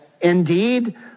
Indeed